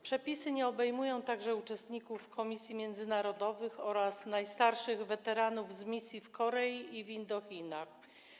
Przepisy nie obejmują także uczestników, komisji międzynarodowych oraz najstarszych weteranów z misji w Korei i w Indochinach.